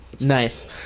nice